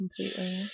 completely